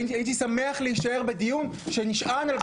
הייתי שמח להישאר בדיון שנשען על חוות דעת משפטית.